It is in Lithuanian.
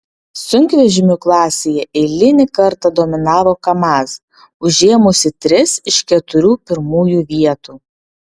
sunkvežimių klasėje eilinį kartą dominavo kamaz užėmusi tris iš keturių pirmųjų vietų